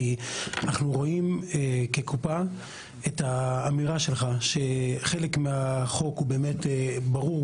אנחנו כקופה רואים את האמירה שלך שחלק מהחוק הוא ברור,